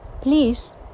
Please